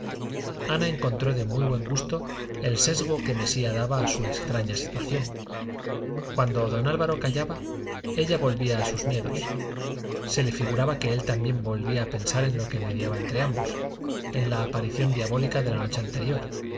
ana encontró de muy buen gusto el sesgo que mesía daba a su extraña situación cuando don álvaro callaba ella volvía a sus miedos se le figuraba que él también volvía a pensar en lo que mediaba entre ambos en la aparición diabólica de la noche anterior